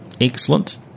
excellent